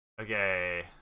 Okay